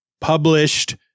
published